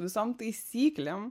visom taisyklėm